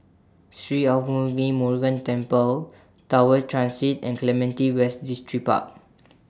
Sri Arulmigu Murugan Temple Tower Transit and Clementi West Distripark